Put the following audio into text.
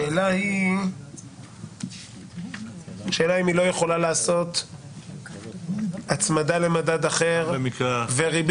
השאלה אם היא לא יכולה לעשות הצמדה למדד אחר וריבית.